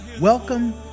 Welcome